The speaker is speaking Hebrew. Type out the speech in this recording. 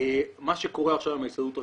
מה שקורה עכשיו עם ההסתדרות הרפואית,